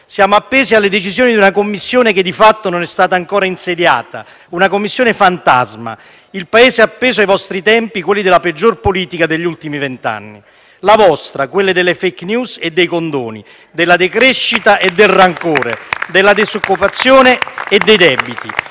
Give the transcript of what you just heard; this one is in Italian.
Siamo appesi alle decisioni di una Commissione che di fatto non è stata ancora insediata, una Commissione fantasma. Il Paese è appeso ai vostri tempi, quelli della peggior politica degli ultimi vent'anni, ossia la vostra, quella delle *fake news* e dei condoni, della decrescita e del rancore, della disoccupazione e dei debiti.